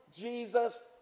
Jesus